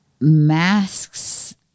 masks